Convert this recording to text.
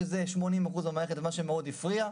שזה 80 אחוז מהמערכת ומה שמאוד הפריע.